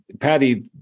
Patty